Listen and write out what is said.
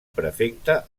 prefecte